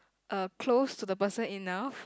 uh close to the person enough